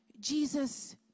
Jesus